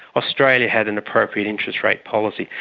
australia had an appropriate interest rate policy.